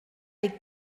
est